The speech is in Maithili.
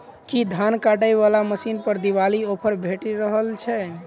की धान काटय वला मशीन पर दिवाली ऑफर भेटि रहल छै?